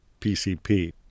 PCP